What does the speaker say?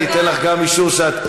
אני אתן גם לך אישור שאת,